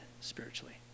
spiritually